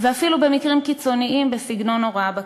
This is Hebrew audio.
ואפילו במקרים קיצוניים בסגנון ההוראה בכיתה.